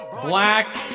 black